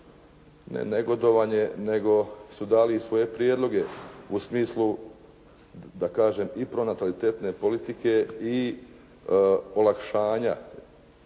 negodovanje, nego su dali svoje prijedloge u smislu da kažem i pornalitetne politike i olakšanja